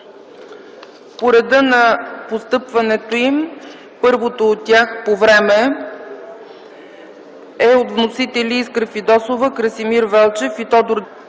По реда на постъпването им първото от тях по време е с вносители Искра Фидосова, Красимир Велчев и Тодор